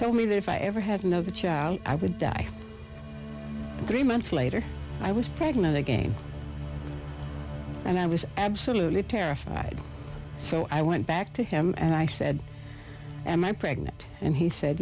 told me that if i ever had no the child i would die three months later i was pregnant again and i was absolutely terrified so i went back to him and i said am i pregnant and he said